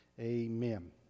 amen